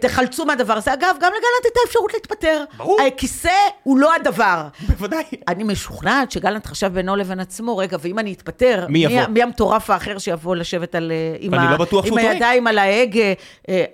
תחלצו מהדבר הזה. אגב, גם לגלנט הייתה אפשרות להתפטר. ברור. הכיסא הוא לא הדבר. בוודאי. אני משוכנעת שגלנט חשב בינו לבן עצמו: רגע, ואם אני אתפטר... מי יבוא? מי המטורף האחר שיבוא לשבת עם הידיים על ההגה? אני לא בטוח שהוא צריך.